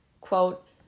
quote